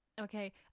Okay